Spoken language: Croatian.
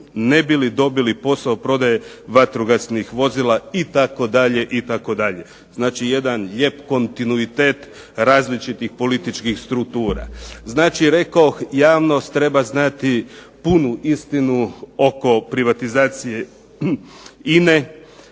ne bili dobili posao prodaje vatrogasnih vozila itd. Znači jedan lijep kontinuitet različitih političkih struktura. Znači rekoh javnost treba znati punu istinu oko privatizacije INA-e.